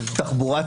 תחבורה ציבורית,